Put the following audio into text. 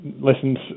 Lessons